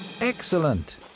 Excellent